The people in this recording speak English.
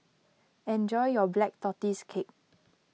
enjoy your Black Tortoise Cake